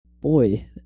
Boy